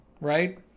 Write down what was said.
right